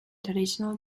traditional